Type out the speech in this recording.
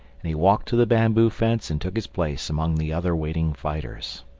and he walked to the bamboo fence and took his place among the other waiting fighters.